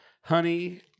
honey